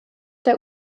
der